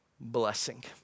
blessing